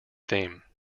theme